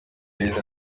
aho